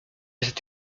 cette